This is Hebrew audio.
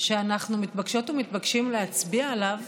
שאנחנו מתבקשות ומתבקשים להצביע עליו